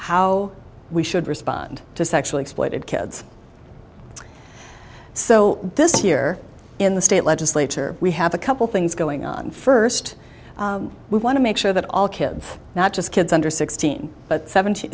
how we should respond to sexually exploited kids so this year in the state legislature we have a couple things going on first we want to make sure that all kids not just kids under sixteen but seventeen